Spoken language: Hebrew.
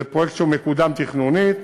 זה פרויקט שמקודם תכנונית,